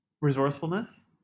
Resourcefulness